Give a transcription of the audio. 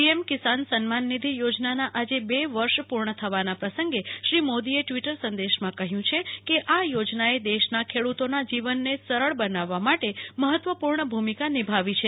PM Kisan Samman Nidhi યોજનાના આજે બે વર્ષ પૂર્ણથવાના પ્રસંગે શ્રી મોદીએ ટ્વીટર સંદેશમાં કહ્યું છે કે આ યોજનાએ દેશના ખેડ્રતોના જીવનનેસરળ બનાવવા માટે મહત્વપૂર્ણ ભૂમિકા નિભાવી છે